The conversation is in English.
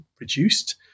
Reduced